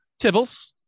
Tibbles